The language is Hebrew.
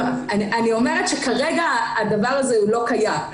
אני אומרת שכרגע הדבר הזה לא קיים.